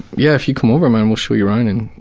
yeah if you come over, um and we'll show you around, and